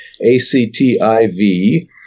A-C-T-I-V